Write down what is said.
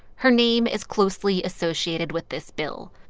her name is closely associated with this bill.